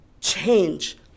change